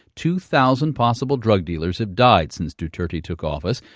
two thousand possible drug dealers have died since duterte took office.